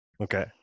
Okay